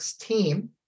team